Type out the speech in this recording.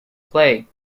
play